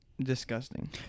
disgusting